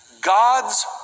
God's